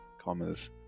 commas